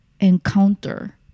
encounter